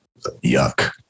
yuck